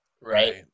Right